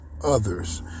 others